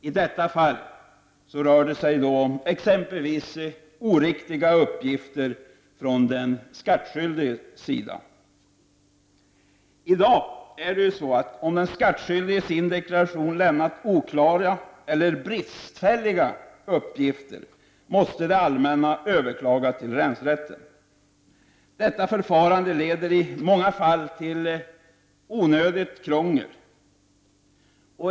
I detta fall rör det sig om exempelvis oriktiga uppgifter från den skattskyldiges sida. I dag är det så att om den skattskyldige i sin deklaration lämnat oklara eller bristfälliga uppgifter måste det allmänna överklaga till länsrätten. Detta förfarande leder i många fall till onödigt krångel.